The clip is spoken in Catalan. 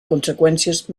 conseqüències